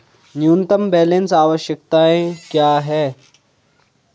न्यूनतम बैलेंस आवश्यकताएं क्या हैं?